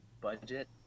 budget